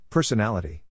Personality